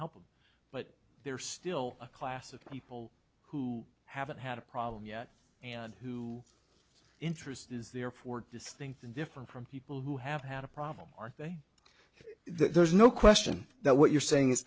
help them but they're still a class of people who haven't had a problem yet and who interest is there four distinct and different from people who have had a problem are they there's no question that what you're saying is